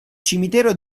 cimitero